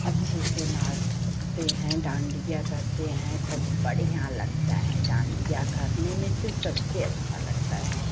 अच्छे से नाचते हैं डान्डिया करते हैं खूब बढ़ियाँ लगता है डान्डिया करने में तो सबसे अच्छा लगता है